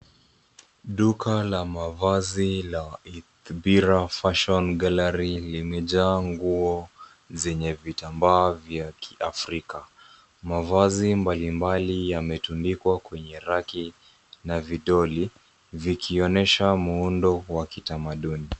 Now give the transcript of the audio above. Duka la mavazi la Eithbira Fashion Gallery limejaa nguo zenye vitamba vya kiafrika. Mavazi mbalimbali yametundikwa kwenye raki na vidoli vikionyesha muundo wa kitamaduni.